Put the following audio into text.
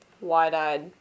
wide-eyed